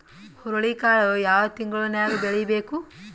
ಹುರುಳಿಕಾಳು ಯಾವ ತಿಂಗಳು ನ್ಯಾಗ್ ಬೆಳಿಬೇಕು?